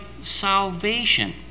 salvation